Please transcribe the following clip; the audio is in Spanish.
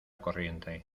corriente